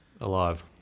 Alive